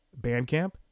Bandcamp